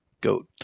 Goat